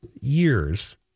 years